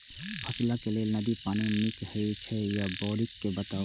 फसलक लेल नदी के पानी नीक हे छै या बोरिंग के बताऊ?